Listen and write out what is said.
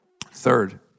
Third